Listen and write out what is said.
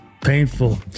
painful